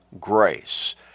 grace